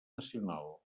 nacional